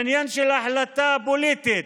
עניין של החלטה פוליטית,